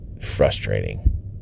frustrating